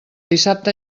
dissabte